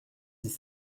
dix